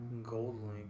Goldlink